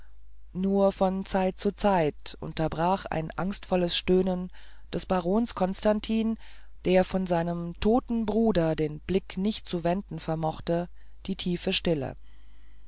nur von zeit zu zeit unterbrach ein angstvolles stöhnen des barons konstantin der von seinem toten bruder den blick nicht zu wenden vermochte die tiefe stille